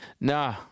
Nah